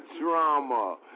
drama